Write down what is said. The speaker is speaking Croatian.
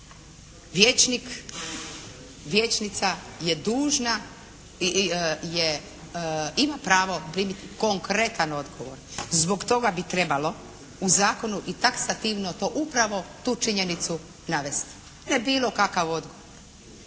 Vijećnik, vijećnica je dužna, ima pravo primiti konkretan odgovor, zbog toga bi trebalo u zakonu i taksativno to upravo tu činjenicu navesti, ne bilo kakav odgovor,